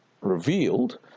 revealed